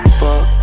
fuck